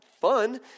fun